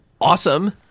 awesome